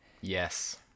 yes